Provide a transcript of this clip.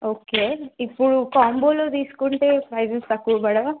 okay ఇప్పుడు కాంబోలో తీసుకుంటే ప్రైజెస్ తక్కువ కదా